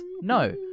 No